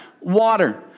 water